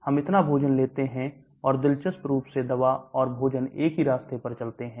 हम इतना भोजन लेते हैं और दिलचस्प रूप से दवा और भोजन एक ही रास्ते पर चलते हैं